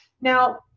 Now